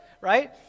right